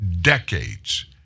decades